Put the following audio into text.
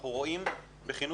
אנחנו רואים חינוך,